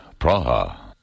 Praha